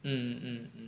mm mm mm